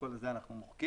את כל זה אנחנו מוחקים.